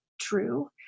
true